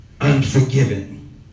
unforgiven